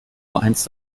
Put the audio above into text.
einst